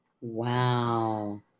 Wow